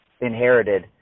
inherited